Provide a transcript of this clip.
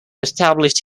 established